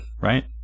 Right